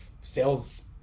sales